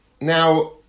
Now